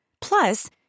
Plus